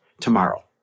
tomorrow